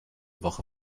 woche